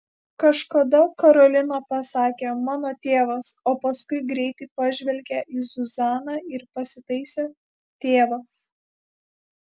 kažkada karolina pasakė mano tėvas o paskui greitai pažvelgė į zuzaną ir pasitaisė tėvas